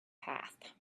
path